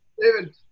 David